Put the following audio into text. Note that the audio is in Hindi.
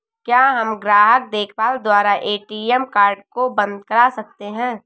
क्या हम ग्राहक देखभाल द्वारा ए.टी.एम कार्ड को बंद करा सकते हैं?